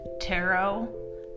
tarot